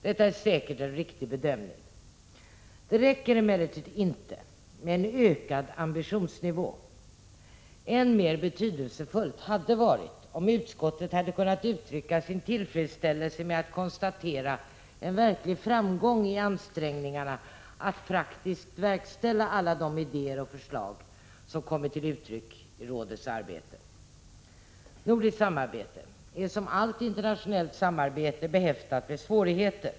Detta är säkert en riktig bedömning. Det räcker emellertid inte med en höjd ambitionsnivå. Än mer betydelsefullt hade varit om utskottet hade kunnat uttrycka sin tillfredsställelse med att konstatera en verklig framgång i ansträngningarna att praktiskt verkställa alla de idéer och förslag som kommit till uttryck i rådets arbete. Nordiskt samarbete är som allt internationellt samarbete behäftat med svårigheter.